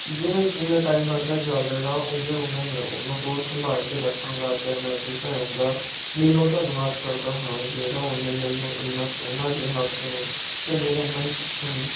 ਜਿਵੇਂ ਜਿਵੇਂ ਟਾਈਮ ਵੱਧਦਾ ਜਾਵੇਗਾ ਉਵੇਂ ਉਵੇਂ ਮੈਂ ਉਹਨੂੰ ਹੋਰ ਸੰਭਾਲ ਕੇ ਰੱਖਾਂਗਾ ਅਤੇ ਮੈਂ ਆਪਣੀ ਭੈਣ ਦਾ ਦਿਲੋਂ ਧੰਨਵਾਦ ਕਰਦਾ ਹਾਂ ਜਿਹੜਾ ਉਹਨੇ ਮੈਨੂੰ ਇੰਨਾ ਸੋਹਣਾ ਜਿਹਾ ਫੋਨ ਅਤੇ ਮੇਰਾ ਮਨਪਸੰਦ